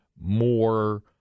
more